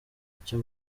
icyo